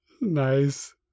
Nice